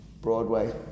Broadway